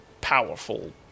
powerful